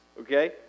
Okay